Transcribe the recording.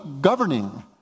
governing